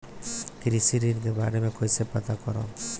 कृषि ऋण के बारे मे कइसे पता करब?